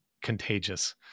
contagious